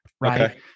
right